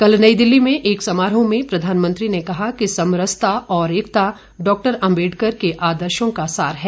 कल नई दिल्ली में एक समारोह में प्रधानमंत्री ने कहा कि सम रसता और एकता डॉक्टर अम्बेडकर के आदर्शो का सार हैं